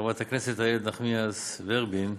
חברת הכנסת איילת נחמיאס ורבין,